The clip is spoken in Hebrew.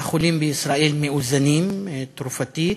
החולים בישראל מאוזנים תרופתית,